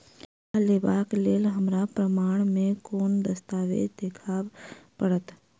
करजा लेबाक लेल हमरा प्रमाण मेँ कोन दस्तावेज देखाबऽ पड़तै?